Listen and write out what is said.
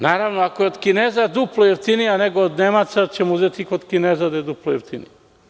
Naravno, ako je od Kineza duplo jeftinija nego od Nemaca, onda ćemo uzeti kod Kineza gde je duplo jeftinija.